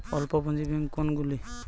অল্প পুঁজি ব্যাঙ্ক কোনগুলি?